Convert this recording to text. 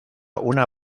una